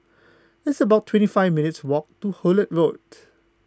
it's about twenty five minutes' walk to Hullet Road